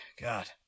God